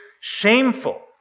shameful